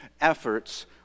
efforts